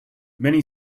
many